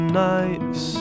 nights